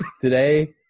today